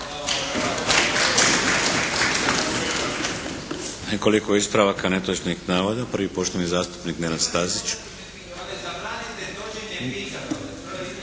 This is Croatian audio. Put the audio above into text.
Nekoliko ispravaka netočnih navoda. Prvi, poštovani zastupnik Nenad Stazić.